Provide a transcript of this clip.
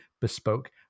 bespoke